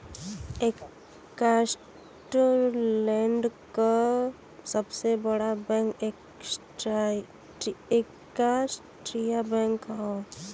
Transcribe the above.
Scotland क सबसे बड़ा बैंक स्कॉटिया बैंक हौ